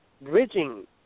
bridging